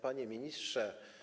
Panie Ministrze!